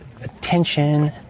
attention